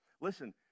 Listen